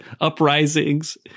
uprisings